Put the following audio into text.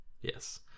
Yes